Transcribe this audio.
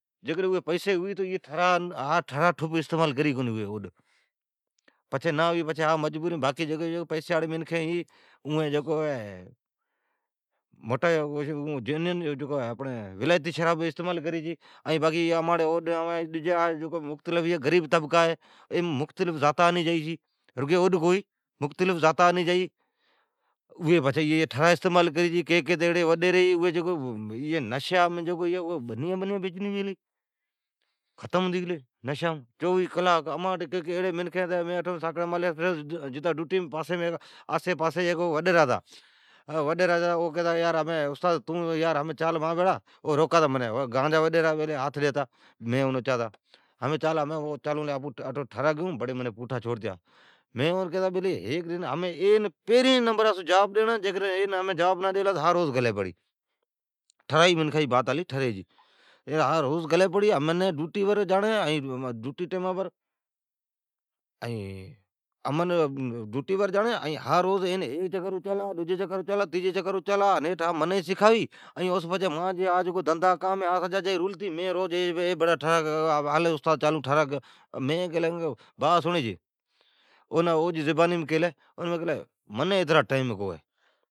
باقی جیکڈھن پئسی ھوی تو ھا ٹھرا ستعمال کری کونی ائی اوڈ۔ پچھی نا ھوی جکار مجبوریم، باکی جکو پیساڑین منکھین ھی اوین اپکی جینین اپڑی ولایتی شراب استعمال کری چھی۔ باقی اماڑی اوڈ ائین مختلف زاتا غریب تبکا آنی جا چھی۔ رگی اوڈ کو ھی مختلف زاتا آنی جائی چھی ائین ڈجی ایڑی وڈیری ھی اوین جکو نشام جکو ھی بنیان بنیان بیچنی بیلی ھی ختم ھتی گلی نشام۔ مانٹھ کئین ایڑی بیلی ھی، مین ساکڑی سویرا جتا ڈوٹیم۔ آسی پاسی جا کو وڈیرا ھتا، منین کیتا یار استاد ھمین تون چال مان بھیڑا کان تو بیلی ھمین او گان جا وڈیرا منین ھاتھ ڈیتا۔ ھمین منین کی چال آپون چالون ٹھرا گیئون بڑی منین پھوٹا چھوڑتیا۔ مین ھمین پھرین ڈناس این جواب نہ ڈیلا تو ھا گلی پڑی۔ منین ڈوٹی بر جاڑین ائین ڈوٹی ٹیمان بر۔ این ھمین ھیک چکر اچالا ڈجی چکر اچالا تیجی چکر ائین او سو پچھی ھا منین سکھاوی ائین مانجا دھندھا سجا رلتی جائی۔ اوڑین کیلی استاد چال چالون ٹھرا گیئون، مین کیلی بیلی بات سڑین چھی منین اترا ٹائم کونی ہے۔